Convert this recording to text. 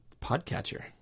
Podcatcher